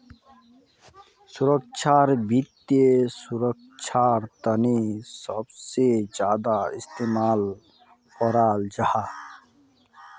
सुरक्षाक वित्त सुरक्षार तने सबसे ज्यादा इस्तेमाल कराल जाहा